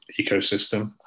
ecosystem